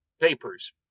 papers